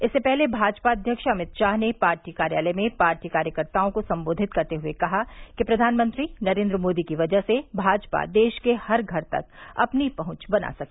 इससे पहले भाजपा अध्यक्ष अमित शाह ने पार्टी कार्यालय में पार्टी कार्यकर्ताओं को सम्बोधित करते हुए कहा कि प्रधानमंत्री नरेन्द्र मोदी की वजह से भाजपा देश के हर घर तक अपनी पहुंच बना सकी